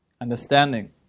Understanding